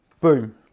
Boom